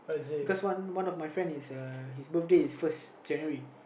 because one of one of my friend his birthday is actually first January